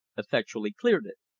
effectually cleared it.